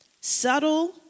subtle